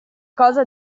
cosa